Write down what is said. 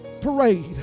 parade